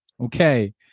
Okay